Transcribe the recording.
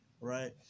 right